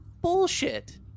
Bullshit